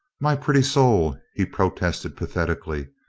my pretty soul! he protested pathetically.